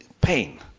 pain